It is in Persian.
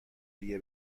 دیگه